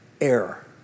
Error